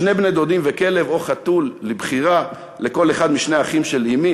שני בני-דודים וכלב או חתול לבחירה לכל אחד משני האחים של אמי,